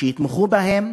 שיתמכו בהם,